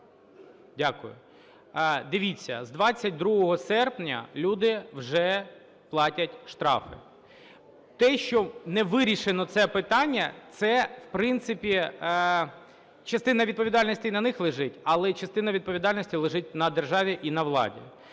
Дякую. Дивіться, з 22 серпня люди вже платять штрафи. Те, що не вирішено це питання, це в принципі частина відповідальності і на них лежить, але частина відповідальності лежить на державі і на владі.